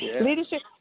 Leadership